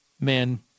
Man